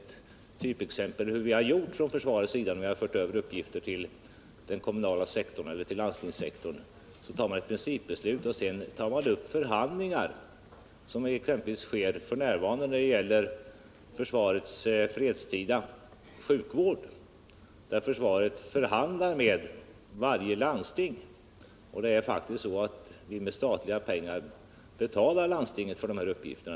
Som typexempel på förfarandet från statens sida när det gäller att föra över uppgifter till den kommunala sektorn eller till landstingssektorn kan jag nämna att man först tar ett principbeslut och först därefter tar upp förhandlingar — som exempelvis sker nu när det gäller försvarets fredstida sjukvård. Försvaret förhandlar med varje landsting. Det är faktiskt så att vi med statliga pengar betalar landstingen för de här uppgifterna.